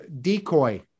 Decoy